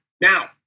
Now